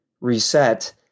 reset